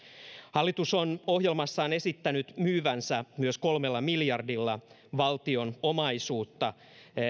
hallitus on ohjelmassaan esittänyt myyvänsä myös kolmella miljardilla valtion omaisuutta